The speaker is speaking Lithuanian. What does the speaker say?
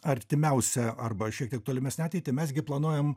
artimiausią arba šiek tiek tolimesnę ateitį mes gi planuojam